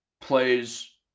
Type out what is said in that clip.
plays